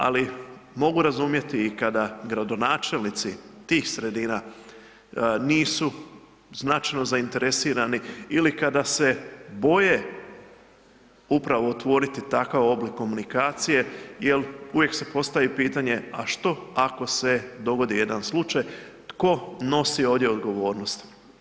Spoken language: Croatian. Ali mogu razumjeti i kada gradonačelnici tih sredina nisu značajno zainteresirani ili kada se boje upravo otvoriti takav oblik komunikacije jel uvijek se postavi pitanje, a što ako se dogodi jedan slučaj, tko nosi ovdje odgovornost.